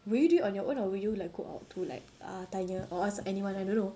will you do it on your own or will you like go out to like uh tanya or ask anyone I don't know